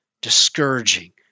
discouraging